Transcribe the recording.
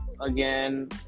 again